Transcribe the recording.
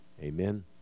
Amen